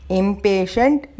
impatient